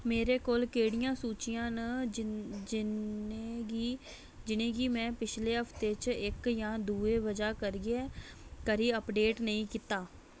मेरे कोल केह्डियां सूचियां न जिन जिन जिनेंगी मैं पिछले हफ्ते च इक जां दुए बजह करियै करी अपडेट नेईं कीता